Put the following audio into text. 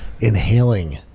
inhaling